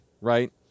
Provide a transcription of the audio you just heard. right